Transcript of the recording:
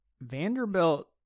Vanderbilt